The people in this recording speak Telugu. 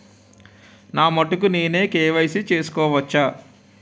నా మటుకు నేనే కే.వై.సీ చేసుకోవచ్చా?